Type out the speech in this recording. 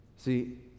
See